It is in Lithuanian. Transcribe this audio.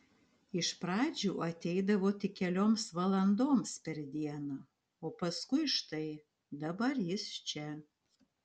iš pradžių ateidavo tik kelioms valandoms per dieną o paskui štai dabar jis čia